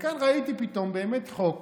וכאן ראיתי פתאום חוק